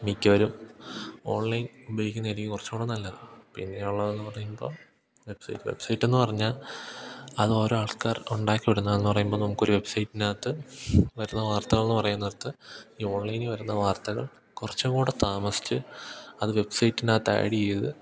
മിക്കവരും ഓൺലൈൻ ഉപയോഗിക്കുന്നതായിരിക്കും കുറച്ചും കൂടി നല്ലത് പിന്നെയുള്ളതെന്നു പറയുമ്പോൾ വെബ്സൈറ്റ് വെബ്സൈറ്റെന്നു പറഞ്ഞാൽ അത് ഓരോ ആൾക്കാർ ഉണ്ടാക്കി വിടുന്നെന്ന് പറയുമ്പോൾ നമുക്കൊരു വെബ്സൈറ്റിനകത്ത് വരുന്ന വാർത്തകൾ എന്നു പറയുന്നിടത്ത് ഈ ഓൺലൈനിൽ വരുന്ന വാർത്തകൾ കുറച്ചും കൂടി താമസിച്ച് അത് വെബ്സൈറ്റിനകത്ത് ആഡ് ചെയ്ത്